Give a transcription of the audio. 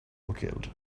located